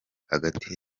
hagati